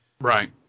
Right